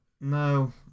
No